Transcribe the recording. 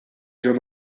joan